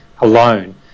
alone